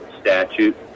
statute